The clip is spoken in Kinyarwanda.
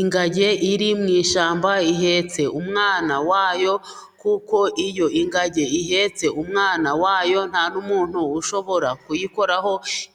Ingagi iri mu ishyamba, ihetse umwana wayo, kuko iyo ingagi ihetse umwana wayo nta n'umuntu ushobora kuyikoraho,